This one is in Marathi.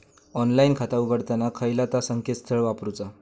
ऑनलाइन खाता उघडताना खयला ता संकेतस्थळ वापरूचा?